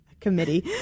committee